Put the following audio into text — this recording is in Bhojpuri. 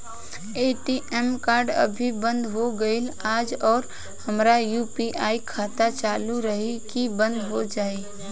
ए.टी.एम कार्ड अभी बंद हो गईल आज और हमार यू.पी.आई खाता चालू रही की बन्द हो जाई?